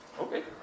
Okay